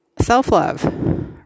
self-love